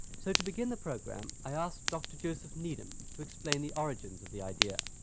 so to begin the program, i asked dr joseph needham to explain the origins of the idea.